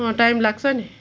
अँ टाइम लाग्छ नि